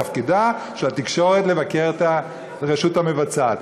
תפקידה של התקשורת לבקר את הרשות המבצעת.